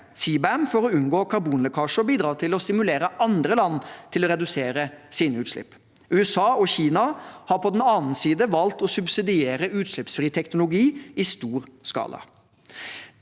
CBAM, for å unngå karbonlekkasje og for å bidra til å stimulere andre land til å redusere sine utslipp. USA og Kina har på den annen side valgt å subsidiere utslippsfri teknologi i stor skala.